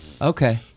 Okay